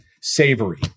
savory